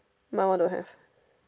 my one don't have